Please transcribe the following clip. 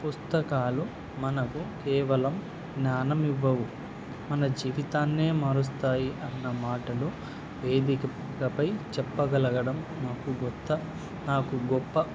పుస్తకాలు మనకు కేవలం జ్ఞానం ఇవ్వవు మన జీవితాన్నే మారుస్తాయి అన్న మాటలు వేదికపై చెప్పగలగడం నాకు గత్త నాకు గొప్ప